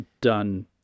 done